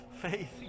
faith